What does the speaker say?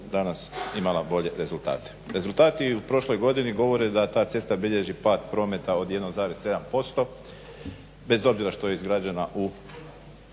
danas imala bolje rezultate. Rezultati i u prošloj godini govore da ta cesta bilježi pad prometa od 1,7% bez obzira što je izgrađena u